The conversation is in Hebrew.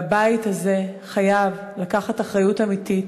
הבית הזה חייב לקחת אחריות אמיתית,